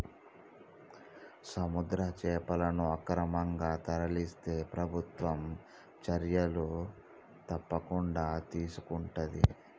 సముద్ర చేపలను అక్రమంగా తరలిస్తే ప్రభుత్వం చర్యలు తప్పకుండా తీసుకొంటది